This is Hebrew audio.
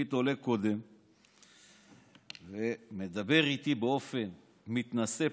לפיד עולה קודם ומדבר איתי באופן מתנשא,